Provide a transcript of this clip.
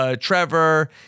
Trevor